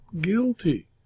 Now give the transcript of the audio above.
guilty